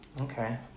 Okay